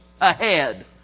ahead